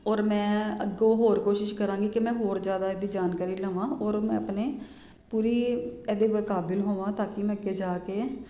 ਔਰ ਮੈਂ ਅੱਗੋਂ ਹੋਰ ਕੋਸ਼ਿਸ਼ ਕਰਾਂਗੀ ਕਿ ਮੈਂ ਹੋਰ ਜ਼ਿਆਦਾ ਇਹ ਦੀ ਜਾਣਕਾਰੀ ਲਵਾਂ ਔਰ ਮੈਂ ਆਪਣੇ ਪੂਰੀ ਇਹ ਦੇ ਕਾਬਿਲ ਹੋਵਾਂ ਤਾਂ ਕਿ ਮੈਂ ਅੱਗੇ ਜਾ ਕੇ